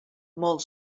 molt